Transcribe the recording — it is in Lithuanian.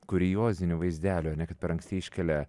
kuriozinių vaizdelių ar ne kad per anksti iškelia